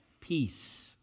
peace